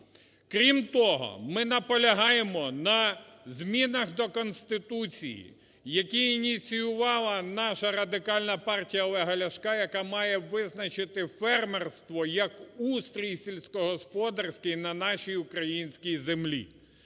Крім того, ми наполягаємо на змінах до Конституції, які ініціювала наша Радикальна партія Олега Ляшка, яка має визначити фермерство як устрій сільськогосподарський на нашій українській землі,